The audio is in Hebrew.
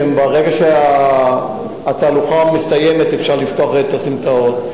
וברגע שהתהלוכה מסתיימת אפשר לפתוח הרי את הסמטאות.